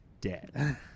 dead